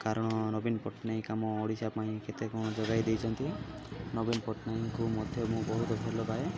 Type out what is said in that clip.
କାରଣ ନବୀନ ପଟ୍ଟନାୟକ ଆାମ ଓଡ଼ିଶା ପାଇଁ କେତେ କ'ଣ ଯୋଗାଇ ଦେଇଛନ୍ତି ନବୀନ ପଟ୍ଟନାୟକଙ୍କୁ ମଧ୍ୟ ମୁଁ ବହୁତ ଭଲ ପାାଏ